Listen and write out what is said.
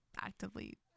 actively